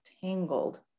tangled